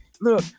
Look